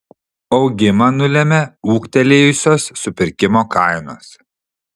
augimą nulėmė ūgtelėjusios supirkimo kainos